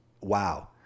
wow